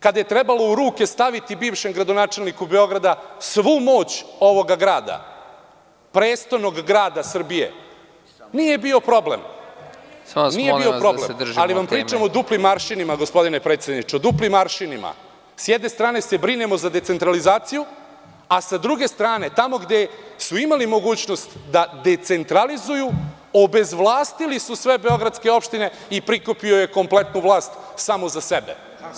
Kada je trebalo u ruke staviti bivšem gradonačelniku Beograda svu moć ovoga grada, prestonog grada Srbije, nije bio problem. (Predsednik: Samo vas molim da se držimo vremena.) S jedne strane se brinemo za decentralizaciju, a sa druge strane, tamo gde su imali mogućnosti da decentralizuju, obezvlastili su sve beogradske opštine i prikupio je kompletnu vlast samo za sebe.